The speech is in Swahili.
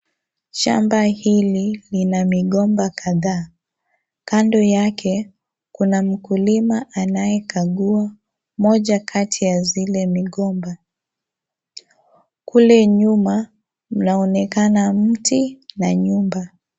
Shamba hili lina migomba kadhaa, kando yake kuna mkulima anayekagua moja kati ya zile migomba. Kule nyuma kunaonekana mti na nyumba.